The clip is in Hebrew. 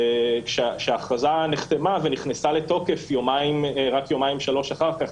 שההכרזה נחתמה ונכנסה לתוקף רק יומיים שלושה אחר כך,